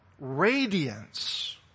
radiance